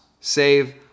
save